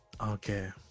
Okay